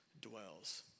dwells